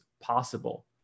possible